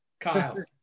Kyle